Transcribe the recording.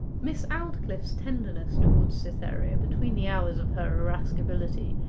miss aldclyffe's tenderness towards cytherea, between the hours of her irascibility,